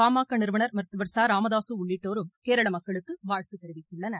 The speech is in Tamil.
பாமக நிறுவனர் மருத்துவர் ச ராம்தாசு உள்ளிட்டோரும் கேரள மக்களுக்கு வாழ்த்து தெரிவித்துள்ளனர்